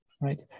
right